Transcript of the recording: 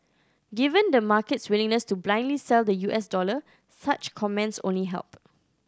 given the market's willingness to blindly sell the U S dollar such comments only help